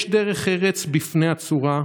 יש דרך ארץ בפני הצורה,